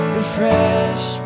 refresh